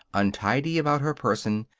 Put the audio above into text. untidy about her person,